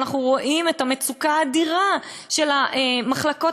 אנחנו רואים את המצוקה האדירה של המחלקות